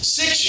six